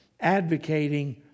advocating